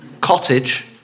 Cottage